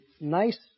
nice